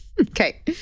Okay